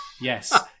Yes